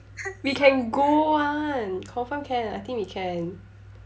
we can go [one] confirm can I think we can